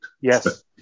Yes